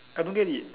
I don't get it